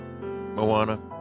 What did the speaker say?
Moana